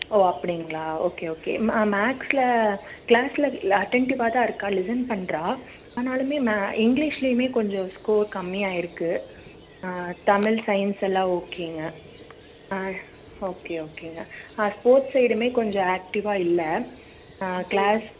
ஓ அப்படிங்களா okay okay ம மேக்ஸ்ல க்ளாஸ்ல அட்டேன்டிவ்வாகதான் இருக்காள் லிஷன் பண்ணுறா ஆனாலுமே ம இங்கிலீஷ்லையுமே கொஞ்சம் ஸ்கோர் கம்மியாக இருக்குது தமிழ் சயின்ஸ்செல்லாம் ஓகேங்க ஓகே ஓகேங்க ஸ்போர்ட்ஸ் சைடுமே கொஞ்சம் ஆக்ட்டிவ்வாக இல்லை க்ளாஸ்